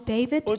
David